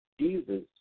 Jesus